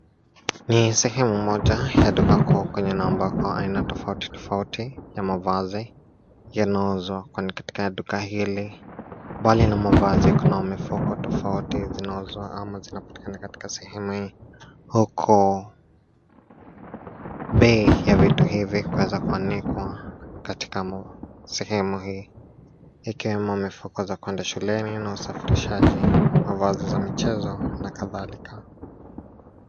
Ni sehemu moja ya duka kuu kwenye na ambako aina tofauti tofauti ya mavazi yanauzwa. Kwani katika duka hili, bali na mavazi, kuna mifuko tofauti zinauzwa ama zinapatikana katika sehemu hii, huku bei ya vitu hivi ikiweza kuanikwa katika sehemu hii, ikiwemo mifuko ya kuenda shuleni na usafirishaji, mavazi za michezo na kadhalika.